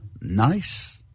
nice